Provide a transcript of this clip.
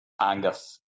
Angus